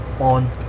on